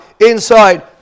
inside